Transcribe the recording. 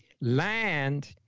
land